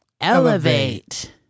elevate